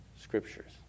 scriptures